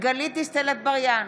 גלית דיסטל אטבריאן,